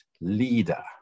leader